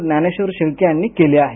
ज्ञानेश्वर शेळके यांनी केले आहे